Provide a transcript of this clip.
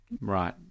Right